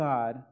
God